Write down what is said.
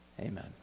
Amen